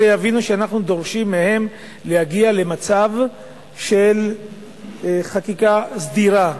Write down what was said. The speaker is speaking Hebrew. יבינו שאנחנו דורשים מהם להגיע למצב של חקיקה סדירה,